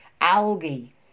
Algae